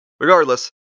Regardless